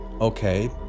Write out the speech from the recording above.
Okay